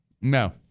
No